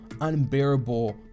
unbearable